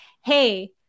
hey